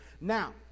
Now